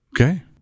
Okay